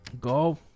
go